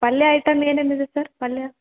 ಪಲ್ಯ ಐಟಮ್ ಏನೇನಿದೆ ಸರ್ ಪಲ್ಯ